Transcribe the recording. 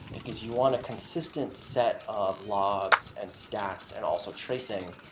because you want a consistent set of logs, and stats, and also tracing,